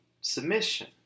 submission